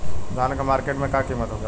धान क मार्केट में का कीमत होखेला?